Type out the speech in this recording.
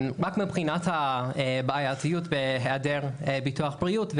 רק מבחינת הבעייתיות בהיעדר ביטוח בריאות.